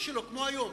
כמו היום,